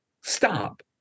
stop